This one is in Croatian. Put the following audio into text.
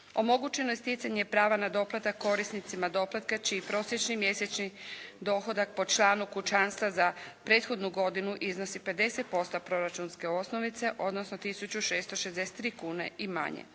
Omogućeno je stjecanje prava na doplatak korisnicima doplatka čiji prosječni mjesečni dohodak po članu kućanstva za prethodnu godinu iznosi 50% proračunske osnovice odnosno tisuću 663 kune i manje.